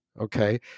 okay